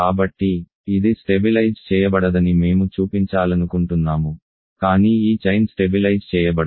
కాబట్టి ఇది స్టెబిలైజ్ చేయబడదని మేము చూపించాలనుకుంటున్నాము కానీ ఈ చైన్ స్టెబిలైజ్ చేయబడదు